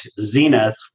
Zenith